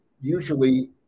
usually